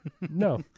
no